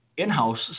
in-house